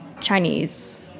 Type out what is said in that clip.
Chinese